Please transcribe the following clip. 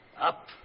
Up